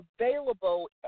available